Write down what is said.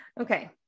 Okay